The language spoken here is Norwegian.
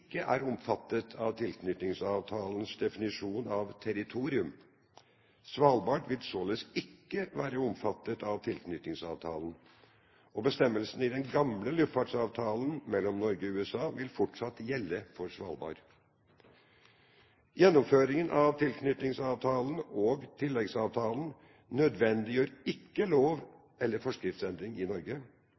ikke er omfattet av tilknytningsavtalens definisjon av «territorium». Svalbard vil således ikke være omfattet av tilknytningsavtalen, og bestemmelsene i den gamle luftfartsavtalen mellom Norge og USA vil fortsatt gjelde for Svalbard. Gjennomføringen av tilknytningsavtalen og tilleggsavtalen nødvendiggjør ikke lov- eller forskriftsendring i Norge.